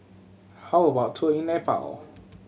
how about a tour in Nepal